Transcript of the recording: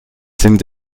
sind